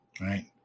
right